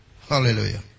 Hallelujah